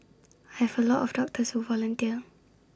I have A lot of doctors who volunteer